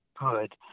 good